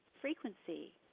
frequency